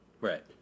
Right